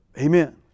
Amen